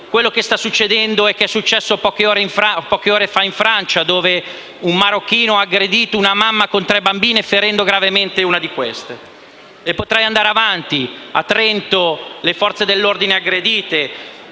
quello che sta succedendo e che è successo poche ore fa in Francia, dove un marocchino ha aggredito una mamma con tre bambine, ferendo gravemente una di queste. Potrei andare avanti: a Trento le Forze dell'ordine sono state